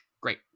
Great